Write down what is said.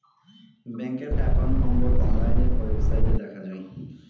ব্যাঙ্কের account number online ওয়েবসাইটে দেখা যায়